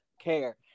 care